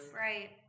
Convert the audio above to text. right